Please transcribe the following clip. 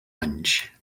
anys